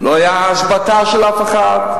לא היתה השבתה של אף אחד,